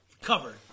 covered